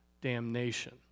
damnation